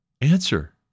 answer